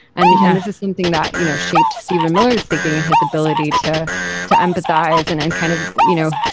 and yeah this is something that you know shaped stephen miller's thinking and his ability to to empathize and and kind of, you know,